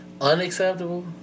unacceptable